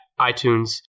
iTunes